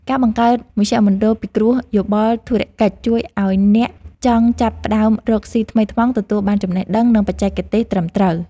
ការបង្កើតមជ្ឈមណ្ឌលពិគ្រោះយោបល់ធុរកិច្ចជួយឱ្យអ្នកចង់ចាប់ផ្តើមរកស៊ីថ្មីថ្មោងទទួលបានចំណេះដឹង និងបច្ចេកទេសត្រឹមត្រូវ។